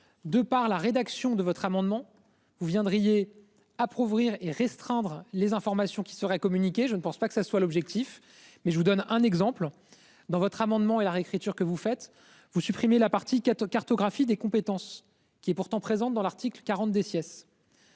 de par la rédaction de votre amendement vous viendriez approuve rire et restreindre les informations qui seraient communiqué. Je ne pense pas que ça soit l'objectif. Mais je vous donne un exemple dans votre amendement et la réécriture que vous faites, vous supprimez la partie 4 cartographie des compétences qui est pourtant présente dans l'article 40 des Siess.